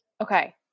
Okay